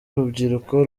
urubyiruko